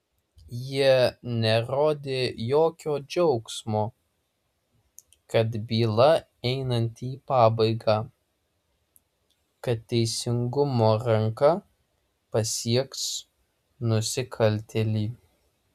jie nerodė jokio džiaugsmo kad byla einanti į pabaigą kad teisingumo ranka pasieks nusikaltėlį